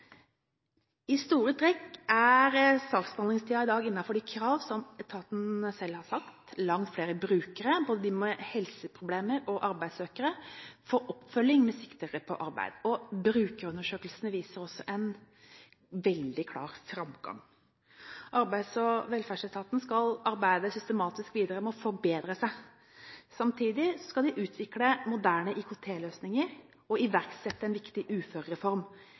I store trekk er saksbehandlingstiden i dag innenfor de krav som etaten selv har satt. Det er langt flere brukere, både de med helseproblemer og de som er arbeidssøkere, som får oppfølging med sikte på at de skal komme i arbeid. Brukerundersøkelsene viser også en veldig klar framgang. Arbeids- og velferdsetaten skal arbeide systematisk videre med å forbedre seg. Samtidig skal de utvikle moderne IKT-løsninger og iverksette en viktig uførereform.